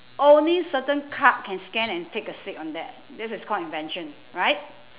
only certain card can scan and take a seat on that this is called invention right